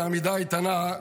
בעמידה איתנה,